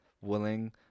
willing